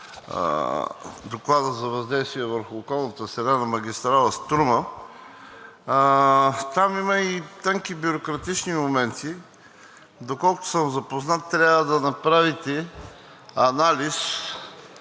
доклада за въздействието върху околната среда на магистрала „Струма“ – там има и тънки бюрократични моменти. Доколкото съм запознат, трябва да направите анализ